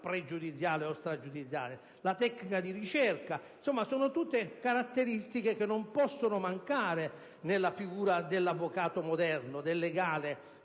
pregiudiziale o stragiudiziale - e la tecnica di ricerca sono in sostanza quelle caratteristiche che non possono mancare nella figura dell'avvocato moderno, del legale